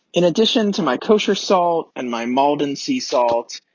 in addition to my kosher salt and my maldon sea salt,